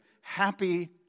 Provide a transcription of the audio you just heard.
Happy